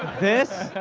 this?